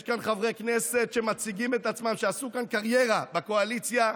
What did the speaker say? יש כאן חברי כנסת שעשו כאן קריירה בקואליציה,